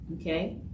okay